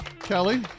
Kelly